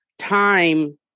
time